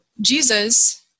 Jesus